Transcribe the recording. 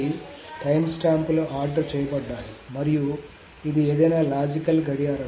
కాబట్టి టైమ్స్టాంప్లు ఆర్డర్ చేయబడ్డాయి మరియు ఇది ఏదైనా లాజికల్ గడియారం